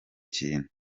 kintu